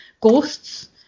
ghosts